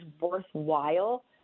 worthwhile